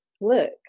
Look